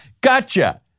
Gotcha